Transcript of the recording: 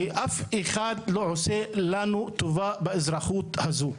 ואף אחד לא עושה לנו טובה באזרחות הזאת.